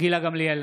גילה גמליאל,